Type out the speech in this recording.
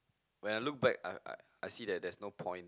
when I look back I I I see that there's no point